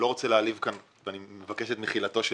אני לא רוצה להעליב כאן ואני מבקש את מחילתו של